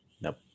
Nope